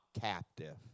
captive